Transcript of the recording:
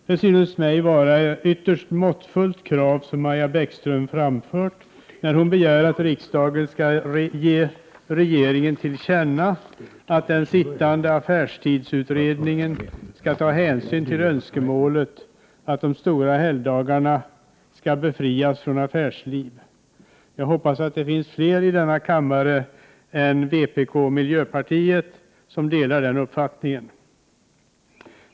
Det synes mig vara ett ytterst måttfullt krav som Maja Bäckström framfört, när hon begär att riksdagen skall ge regeringen till känna att den sittande affärstidsutredningen skall ta hänsyn till önskemålet att de stora helgdagarna skall befrias från affärsliv, och jag hoppas att det finns fler i denna kammare än vpk och miljöpartiet som delar den uppfattningen.